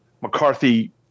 McCarthy –